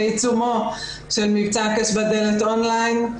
בעיצומו של מבצע "הקש בדלת" אונליין.